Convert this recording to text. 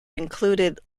included